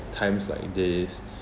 times like this